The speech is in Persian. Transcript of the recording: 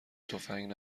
تفنگ